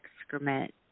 excrement